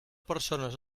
persones